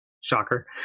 Shocker